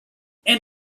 and